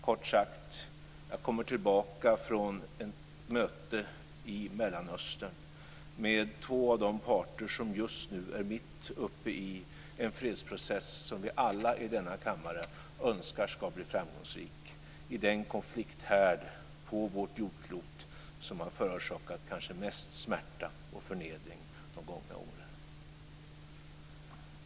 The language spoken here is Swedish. Kort sagt: Jag kommer tillbaka från ett möte i Mellanöstern med två av de parter som just nu är mitt uppe i en fredsprocess som vi alla i denna kammare önskar ska bli framgångsrik i den konflikthärd på vårt jordklot som har förorsakat mest smärta och förnedring under de gångna åren.